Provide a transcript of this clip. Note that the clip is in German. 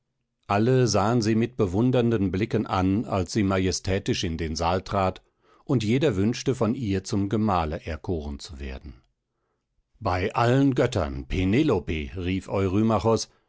alle sahen sie mit bewundernden blicken an als sie majestätisch in den saal trat und jeder wünschte von ihr zum gemahle erkoren zu werden bei allen göttern penelope rief